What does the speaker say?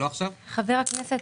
חבר הכנסת,